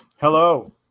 Hello